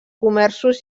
comerços